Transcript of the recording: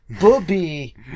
Booby